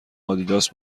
آدیداس